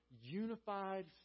unified